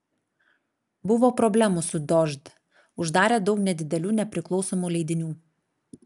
buvo problemų su dožd uždarė daug nedidelių nepriklausomų leidinių